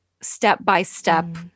step-by-step